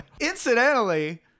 Incidentally